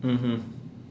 mmhmm